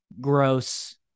gross